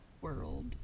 World